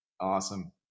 Awesome